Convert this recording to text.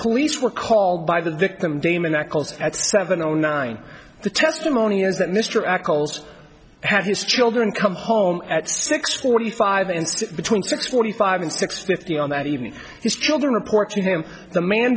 police were called by the victim damien echols at seven o nine the testimony is that mr ackles had his children come home at six forty five in between six forty five and six fifty on that evening his children report to him the man